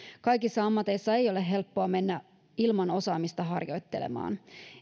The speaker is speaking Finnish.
kaikissa ammateissa ei ole helppoa mennä ilman osaamista harjoittelemaan